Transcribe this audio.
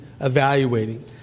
evaluating